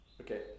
okay